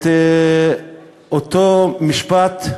את אותו משפט,